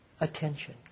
Attention